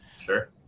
Sure